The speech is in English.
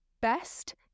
best